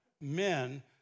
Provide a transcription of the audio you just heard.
men